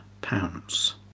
pounds